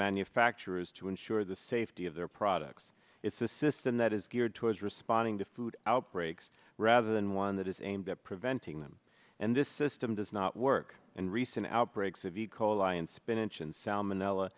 manufacturers to ensure the safety of their products it's a system that is geared towards responding to food outbreaks rather than one that is aimed at preventing them and this system does not work and recent outbreaks of e coli in spinach and salmonella